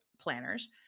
planners